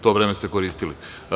To vreme ste koristili.